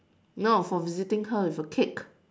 no for visiting her with a cake